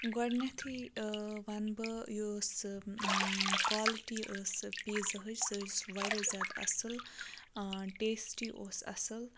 گۄڈنیٚتھٕے وَنہٕ بہٕ یُس کالٹی ٲس سُہ پیٖزاہٕچ سُہ حظ واریاہ زیادٕ اَصٕل ٹیسٹی اوس اَصٕل